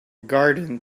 garden